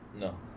No